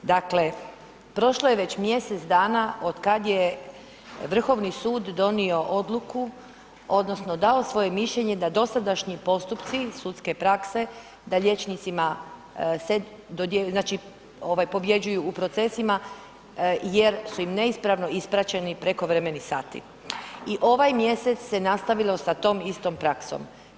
Dakle, prošlo je već mjesec dana otkad je Vrhovni sud donio odluku odnosno dao svoje mišljenje da dosadašnji postupci, sudske prakse, da liječnicima se, znači ovaj pobjeđuju u procesima jer su im neispravno isplaćeni prekovremeni sati i ovaj mjesec se nastavilo sa tom istom praksom.